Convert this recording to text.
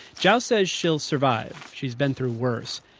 zhao says she'll survive. she's been through worse.